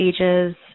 ages